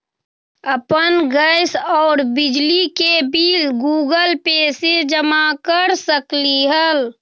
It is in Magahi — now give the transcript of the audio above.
अपन गैस और बिजली के बिल गूगल पे से जमा कर सकलीहल?